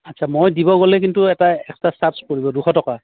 আচ্ছা মই দিব গ'লে কিন্তু এটা এক্সট্ৰা চাৰ্জ পৰিব দুশ টকা